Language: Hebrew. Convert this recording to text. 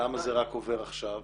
למה זה רק עובר עכשיו?